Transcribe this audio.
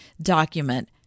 document